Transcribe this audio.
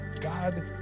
God